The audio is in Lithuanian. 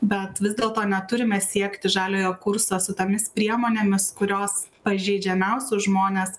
bet vis dėlto neturime siekti žaliojo kurso su tomis priemonėmis kurios pažeidžiamiausius žmones